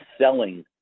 selling